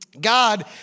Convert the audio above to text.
God